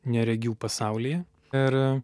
neregių pasaulyje ir